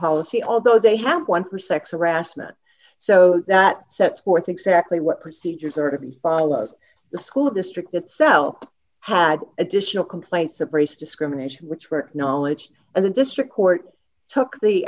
policy although they have one for sex harassment so that sets forth exactly what procedures are finalized the school district itself had additional complaints of race discrimination which were knowledge and the district court took the